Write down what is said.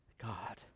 God